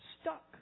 stuck